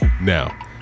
now